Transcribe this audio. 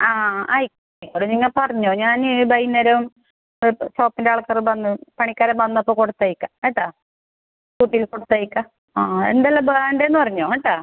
ആ ആയി അത് നിങ്ങൾ പറഞ്ഞോ ഞാൻ വൈകുന്നേരം ഷോപ്പിൻ്റെ ആൾക്കാർ വന്ന് പണിക്കാർ ബന്നപ്പൊ കൊടുത്തയക്കാം കേട്ടോ സ്കൂട്ടിയിൽ കൊടുത്ത് അയക്കാം ആ എന്തെല്ലാമാണ് വേണ്ടതെന്ന് പറഞ്ഞോ കേട്ടോ